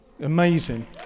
Amazing